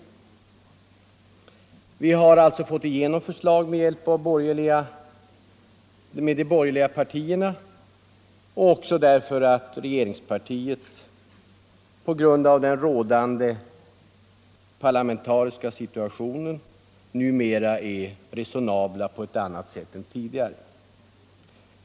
| Onsdagen den Vi har alltså fått igenom förslag med hjälp av de andra borgerliga 4 december 1974 partierna och även på grund av att företrädare för regeringspartiet i den rådande parlamentariska situationen är resonabla på ett annat sätt än Sänkning av den tidigare.